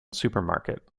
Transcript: supermarket